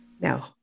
No